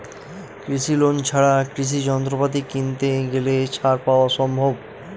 কৃষি লোন ছাড়া কৃষি যন্ত্রপাতি কিনতে গেলে ছাড় পাওয়া সম্ভব?